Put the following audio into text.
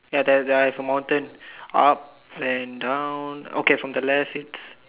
ya there is a mountain up and down okay from the left it's